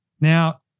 Now